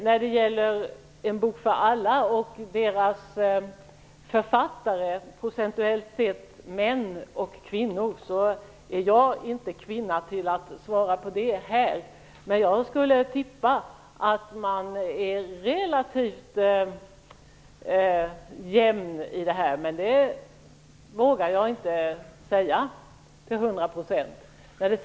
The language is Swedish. När det gäller En bok för alla och den procentuella andelen kvinnliga respektive manliga författare är jag inte kvinna till att här svara på den frågan. Men jag skulle tippa att det är relativt jämt fördelat. Men det vågar jag inte säga med hundra procents säkerhet.